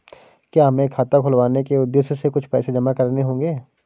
क्या हमें खाता खुलवाने के उद्देश्य से कुछ पैसे जमा करने होंगे?